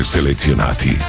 selezionati